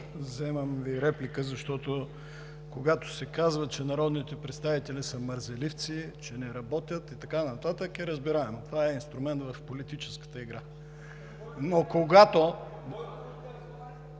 Вземам Ви реплика, защото, когато се казва, че народните представители са мързеливци, че не работят и така нататък, е разбираемо – това е инструмент в политическата игра. (Реплика от